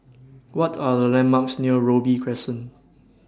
What Are The landmarks near Robey Crescent